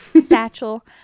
satchel